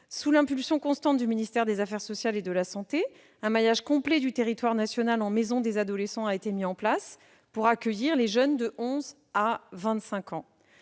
Sous l'impulsion constante du ministère des affaires sociales et de la santé, un maillage complet du territoire national en maisons des adolescents a été mis en place, pour accueillir les jeunes de 11 ans à 25 ans.